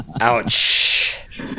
ouch